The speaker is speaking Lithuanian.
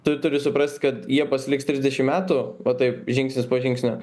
tu turi suprast kad jie pasiliks trisdešim metų va taip žingsnis po žingsnio